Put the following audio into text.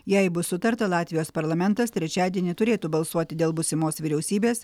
jei bus sutarta latvijos parlamentas trečiadienį turėtų balsuoti dėl būsimos vyriausybės